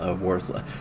worthless